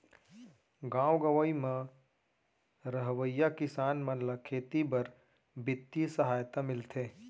गॉव गँवई म रहवइया किसान मन ल खेती बर बित्तीय सहायता मिलथे